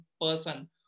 person